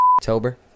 tober